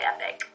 Epic